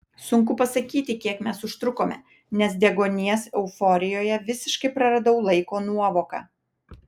sunku pasakyti kiek mes užtrukome nes deguonies euforijoje visiškai praradau laiko nuovoką